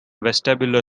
vestibular